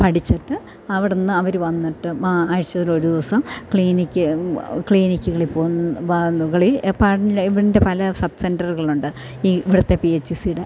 പഠിച്ചിട്ട് അവിടെ നിന്ന് അവർ വന്നിട്ട് ആഴ്ചയിലോരോ ഒരു ദിവസം ക്ലീനിക്ക് ക്ലീനിക്കുകളിൽ പോയി ഇതിൻ്റെ പല സബ് സെൻറ്ററുകളുണ്ട് ഈ ഇവിടുത്തെ പി എച്ച് സിയുടെ